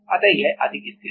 अतः यह अधिक स्थिर है